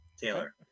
Taylor